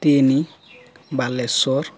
ତିନି ବାଲେଶ୍ୱର